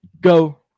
go